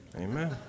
Amen